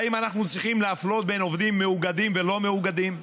האם אנחנו צריכים להפלות בין עובדים מאוגדים ללא מאוגדים?